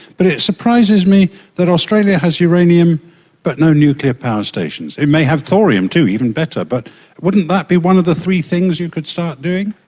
but it it surprises me that australia has uranium but no nuclear power stations. it may have thorium too, even better, but wouldn't that be one of the three things you could start doing?